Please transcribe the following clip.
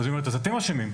אז היא אומרת, אז אתם אשמים,